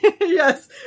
Yes